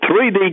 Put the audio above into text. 3D